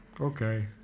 Okay